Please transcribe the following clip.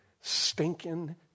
stinking